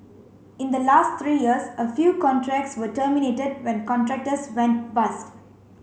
in the last three years a few contracts were terminated when contractors went bust